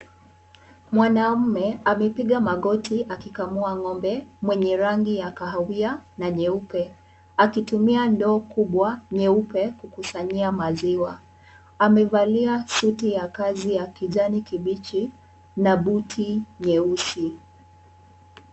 Mwanaume amepiga magoti akikamua ng'ombe mwenye rangi ya kahawia na nyeupe, akitumia ndoo kubwa nyeupe kukusanyia maziwa, amevalia suti ya kazi ya kijani kibichi na buti nyeusi.